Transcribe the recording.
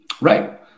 Right